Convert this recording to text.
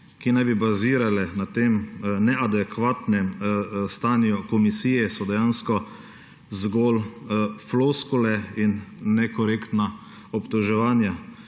ki naj bi bazirale na tem neadekvatnem stanju komisije, so dejansko zgolj floskule in nekorektna obtoževanja.